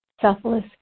selfless